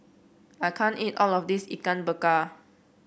I can't eat all of this Ikan Bakar